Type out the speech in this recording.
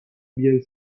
بیای